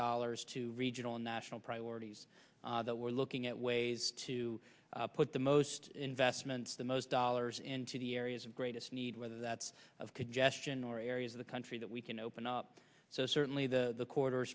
dollars to regional and national priorities that we're looking at ways to put the most investments the most dollars into the areas of greatest need whether that's of congestion or areas of the country that we can open up so certainly the quarter